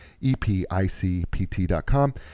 E-P-I-C-P-T.com